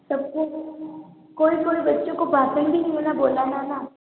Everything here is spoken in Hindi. सब को कोई कोई बच्चों को बातेंगी बोल रहा बोला था ना